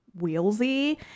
wheelsy